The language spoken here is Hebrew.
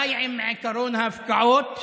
די עם עקרון ההפקעות.